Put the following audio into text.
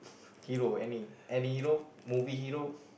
hero any any hero movie hero